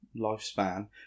lifespan